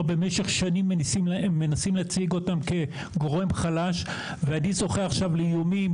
במשך שנים מנסים להציג אותם כגורם חלש ואני זוכה עכשיו לאיומים